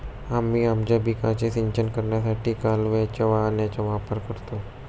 आम्ही आमच्या पिकांचे सिंचन करण्यासाठी कालव्याच्या पाण्याचा वापर करतो